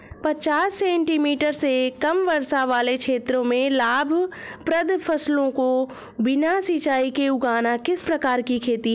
पचास सेंटीमीटर से कम वर्षा वाले क्षेत्रों में लाभप्रद फसलों को बिना सिंचाई के उगाना किस प्रकार की खेती है?